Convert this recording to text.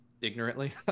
ignorantly